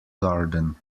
garden